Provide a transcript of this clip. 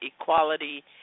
equality